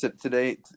today